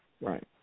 Right